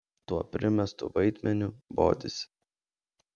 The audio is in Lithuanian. tuo primestu vaidmeniu bodisi